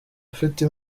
afite